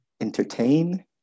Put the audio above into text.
entertain